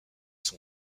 son